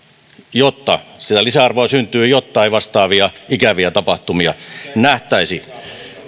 jotta sitä lisäarvoa syntyy jotta ei vastaavia ikäviä tapahtumia nähtäisi